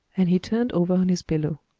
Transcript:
and he turned over on his pillow.